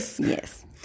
Yes